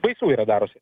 baisu yra darosi